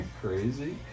crazy